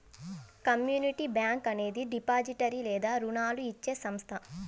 community bank అనేది depository లేదా రుణాలు ఇచ్చే సంస్థ